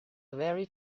very